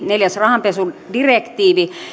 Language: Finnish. neljäs rahanpesudirektiivi